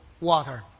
water